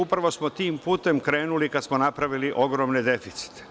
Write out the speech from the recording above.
Upravo smo tim putem krenuli kada smo napravili ogromne deficite.